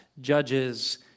judges